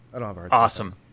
Awesome